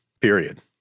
period